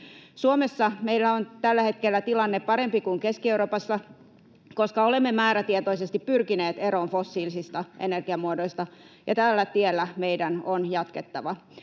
Suomessa meillä on tällä hetkellä tilanne parempi kuin Keski-Euroopassa, koska olemme määrätietoisesti pyrkineet eroon fossiilisista energiamuodoista, ja tällä tiellä meidän on jatkettava.